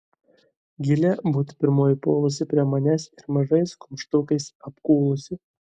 gilė būtų pirmoji puolusi prie manęs ir mažais kumštukais apkūlusi